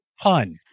pun